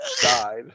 died